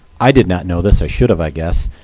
i did not know this, i should have, i guess,